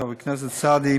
חבר הכנסת סעדי,